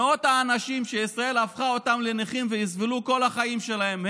מאות האנשים שישראל הפכה אותם לנכים ויסבלו כל החיים שלהם,